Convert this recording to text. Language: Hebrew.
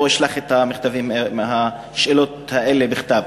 או אשלח את השאלות הללו בכתב.